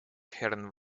herrn